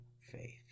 faith